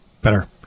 better